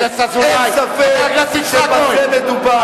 אין ספק שבזה מדובר.